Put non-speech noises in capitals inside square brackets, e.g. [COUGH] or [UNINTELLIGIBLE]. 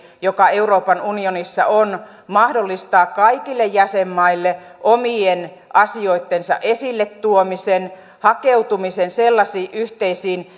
joka euroopan unionissa on mahdollistaa kaikille jäsenmaille omien asioittensa esille tuomisen hakeutumisen sellaisiin yhteisiin [UNINTELLIGIBLE]